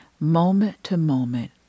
moment-to-moment